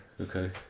Okay